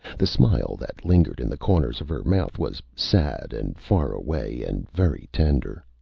the smile that lingered in the corners of her mouth was sad and far-away, and very tender.